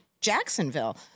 Jacksonville